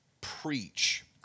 preach